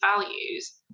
values